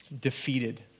defeated